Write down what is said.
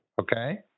Okay